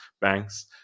banks